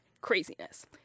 Craziness